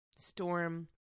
Storm